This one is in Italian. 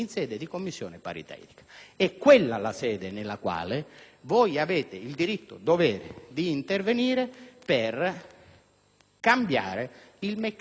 È quella la sede in cui voi avete il diritto-dovere di intervenire per cambiare il meccanismo di finanziamento.